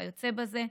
וכיוצא בזה.